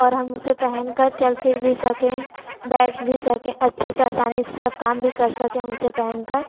हम उसे पहनकर चल फिर भी सकें बैठ भी सकें अच्छे से असानी से सब काम भी कर सकें हम उसे पहनकर